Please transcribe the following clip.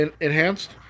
Enhanced